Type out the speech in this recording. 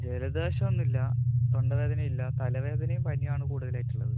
ജലദോഷം ഒന്നുമില്ല തൊണ്ടവേദന ഇല്ല തലവേദനയും പനിയും ആണ് കുടുതലായിട്ട് ഉള്ളത്